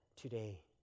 today